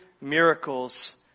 miracles